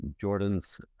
Jordan's